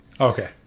Okay